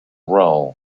role